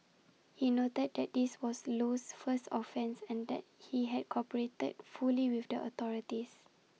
he noted that this was Low's first offence and that he had cooperated fully with the authorities